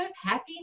happiness